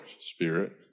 spirit